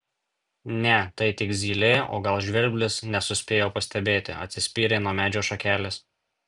ne tai tik zylė o gal žvirblis nesuspėjo pastebėti atsispyrė nuo medžio šakelės